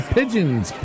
Pigeons